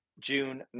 June